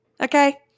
Okay